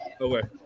Okay